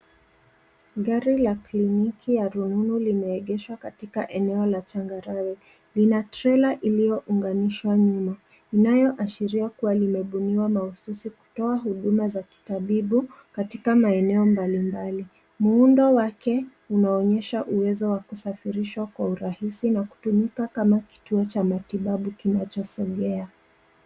Gari la kliniki ya rununu limeegeshwa katika eneo la changarawe. Lina trela iliyounganishwa nyuma, inayoashiria kuwa limebuniwa mahususi kutoa huduma za kitabibu katika maeneo mbalimbali. Muundo wake unaonyesha uwezo wa kusafirishwa kwa urahisi na kutumika kama kituo cha matibabu kinachosongea.